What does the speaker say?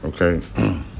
Okay